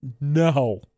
No